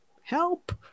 help